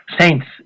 saints